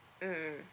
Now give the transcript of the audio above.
mm